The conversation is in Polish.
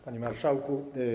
Panie Marszałku!